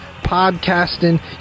podcasting